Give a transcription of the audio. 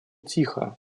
тихо